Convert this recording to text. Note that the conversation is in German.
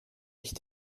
ich